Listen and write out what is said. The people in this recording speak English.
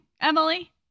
Emily